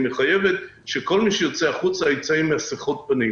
מחייבת שכל מי שיוצא החוצה ייצא עם מסכות פנים.